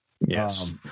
Yes